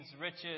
riches